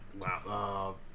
Wow